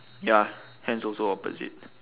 ya hands also opposite